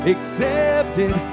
Accepted